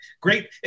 great